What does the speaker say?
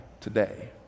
today